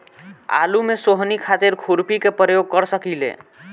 आलू में सोहनी खातिर खुरपी के प्रयोग कर सकीले?